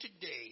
today